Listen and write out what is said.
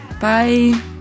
Bye